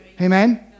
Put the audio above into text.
Amen